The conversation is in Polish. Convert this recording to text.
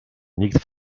nikt